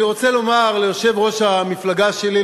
אני רוצה לומר ליושב-ראש המפלגה שלי,